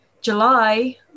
July